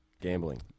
Gambling